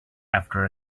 after